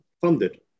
funded